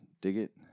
Digit